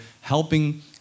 helping